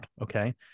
Okay